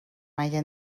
مگه